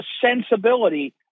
sensibility